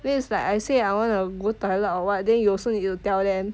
then is like I say I want to go toilet or what then you also need to tell them